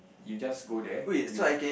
you just go there you